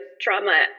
trauma